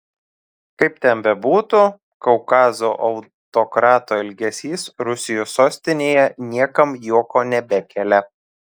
kaip ten bebūtų kaukazo autokrato elgesys rusijos sostinėje niekam juoko nebekelia